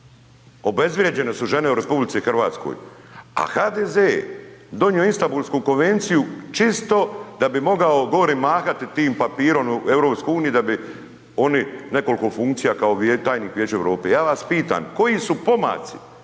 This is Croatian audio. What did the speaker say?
Obezvrijeđene su žene u RH, a HDZ je donio Istambulsku konvenciju čisto da bi mogao gori mahati tim papirom u EU da bi oni nekoliko funkcija kao tajnik Vijeća Europe. Ja vas pitam koji su pomaci